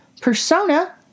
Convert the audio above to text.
Persona